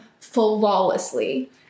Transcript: flawlessly